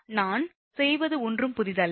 நான் செய்வது ஒன்றும் புதிதல்ல